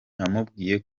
namubwiye